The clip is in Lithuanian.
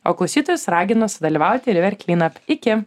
o klausytojus raginu sudalyvauti river cleanup iki